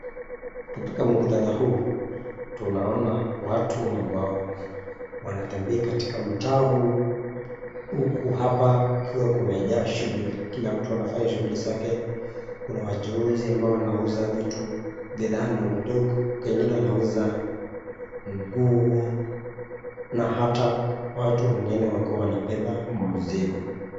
Katika mukhtadha huu, tunaona watu ambao wanatembea katika mtaa huu, huku hapa kukiwa kumejaa shughuli. Kila mtu anafanya shughuli zake. Kuna wachuuzi ambao wanauza vitu, bidhaa ndogo ndogo. Wengine wanauza nguo na hata watu wengine wakiwa wanabeba mzigo.